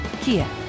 Kia